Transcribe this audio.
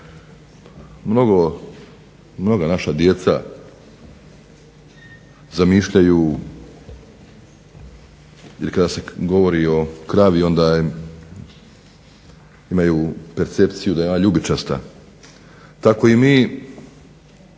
Mnoga naša djeca zamišljaju ili kada se govori o kravi onda imaju percepciju da je ona ljubičasta. Tako i mi